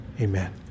amen